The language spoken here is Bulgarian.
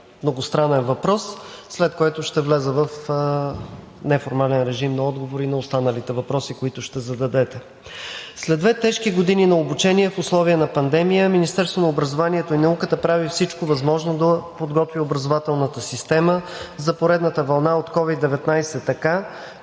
многостранен въпрос, след което ще вляза в неформален режим на отговори на останалите въпроси, които ще зададете. След две тежки години на обучение в условия на пандемия Министерството на образованието и науката прави всичко възможно да подготви образователната система за поредната вълна от COVID 19 така,